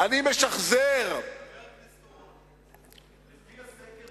אני משחזר, לפי הסקר